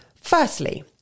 Firstly